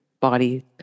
body